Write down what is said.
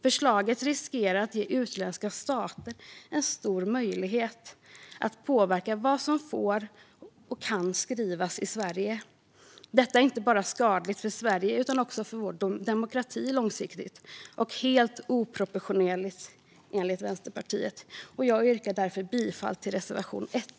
Förslaget riskerar att ge utländska stater en stor möjlighet att påverka vad som får och kan skrivas i Sverige. Detta är inte bara skadligt för Sverige utan också för vår demokrati långsiktigt och helt oproportionerligt, enligt Vänsterpartiet. Jag yrkar bifall till reservation 1.